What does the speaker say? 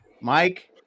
Mike